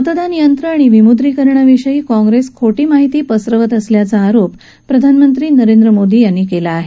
मतदान यंत्र आणि विमुद्रीकरणाविषयी काँग्रेस खोटी माहीती पसरवत असल्याचा आरोप प्रधानमंत्री नरेंद्र मोदी यांनी केला आहे